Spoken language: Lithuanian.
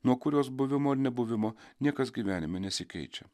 nuo kurios buvimo ar nebuvimo niekas gyvenime nesikeičia